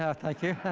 ah thank you.